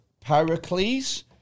Pericles